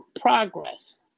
progress